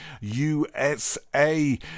USA